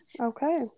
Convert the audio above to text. Okay